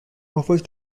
offers